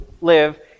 live